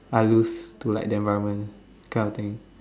I lose to like the environment kind of thing